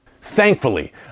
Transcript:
Thankfully